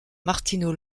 martino